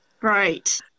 Right